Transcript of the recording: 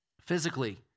physically